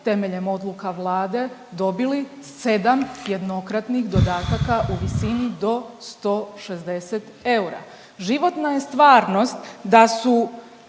temeljem odluka Vlade dobili 7 jednokratnih dodataka u visini do 160 eura. Životna je stvarnost da su